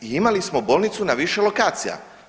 I imali smo bolnicu na više lokacija.